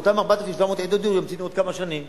ואותן 4,700 יחידות דיור ימתינו עוד כמה שנים.